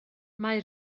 mae